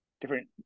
different